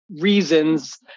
reasons